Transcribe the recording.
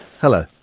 Hello